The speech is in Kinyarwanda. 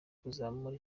kuzamura